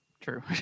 True